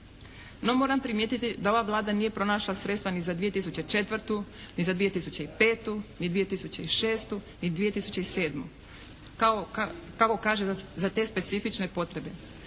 No, moram primijetiti da ova Vlada nije pronašla sredstva ni za 2004., ni za 2005., ni 2006., ni 2007. Tako kaže za te specifične potrebe.